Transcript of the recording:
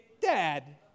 dad